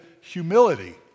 humility